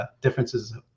differences